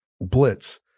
blitz